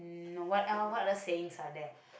no what el~ what other sayings are there